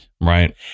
Right